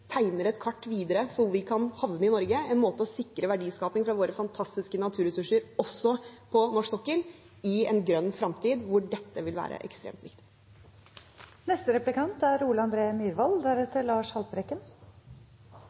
tegner et kart videre for hvor vi kan havne i Norge – en måte å sikre verdiskaping på fra våre fantastiske naturressurser også på norsk sokkel, i en grønn framtid hvor dette vil være ekstremt